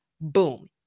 Boom